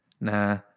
nah